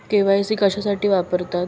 KYC कशासाठी वापरतात?